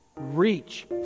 reach